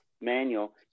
manual